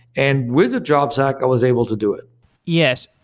and with the jobs act, i was able to do it yes.